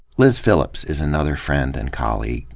liz phillips is another friend and colleague.